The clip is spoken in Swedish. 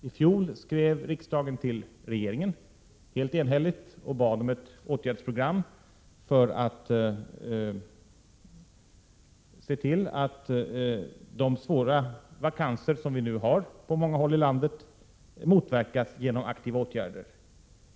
I fjol skrev riksdagen till regeringen och bad om ett åtgärdsprogram för att se till att de svåra vakanser som vi nu har på många håll i landet skulle motverkas genom aktiva åtgärder.